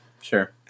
Sure